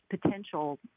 potential